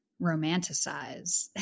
Romanticize